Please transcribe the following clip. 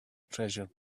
treasure